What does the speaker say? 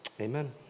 Amen